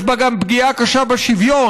יש בה גם פגיעה קשה בשוויון,